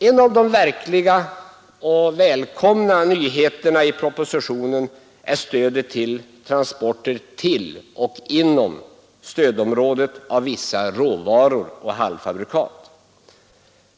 En av de verkliga och välkomna nyheterna i propositionen är stödet till transporter till och inom stödområdet av vissa råvaror och halvfabrikat.